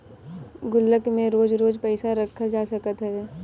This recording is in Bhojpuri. गुल्लक में रोज रोज पईसा रखल जा सकत हवे